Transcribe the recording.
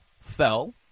fell